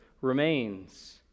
remains